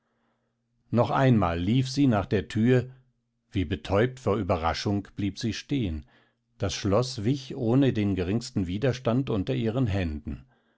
noch einmal lief sie nach der thür wie betäubt vor ueberraschung blieb sie stehen das schloß wich ohne den geringsten widerstand unter ihren händen